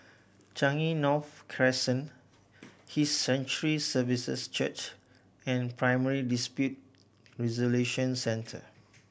Changi North Crescent His Sanctuary Services Church and Primary Dispute Resolution Centre